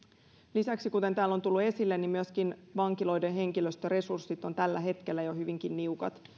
lisäksi kuten täällä on tullut esille myöskin vankiloiden henkilöstöresurssit ovat tällä hetkellä jo hyvinkin niukat ja